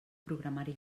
programari